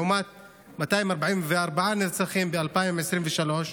לעומת 244 נרצחים ב-2023,